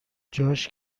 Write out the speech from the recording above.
جاش